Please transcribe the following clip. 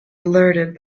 alerted